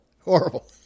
Horrible